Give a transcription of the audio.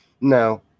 No